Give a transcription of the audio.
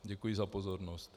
Děkuji za pozornost.